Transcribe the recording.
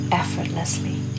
effortlessly